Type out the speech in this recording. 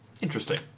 Interesting